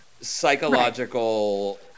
psychological